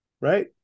right